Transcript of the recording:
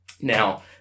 now